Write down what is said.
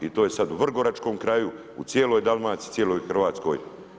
I to je sad u Vrgoračkom kraju, u cijeloj Dalmaciji, cijeloj Hrvatskoj.